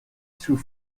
sous